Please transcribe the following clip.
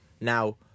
Now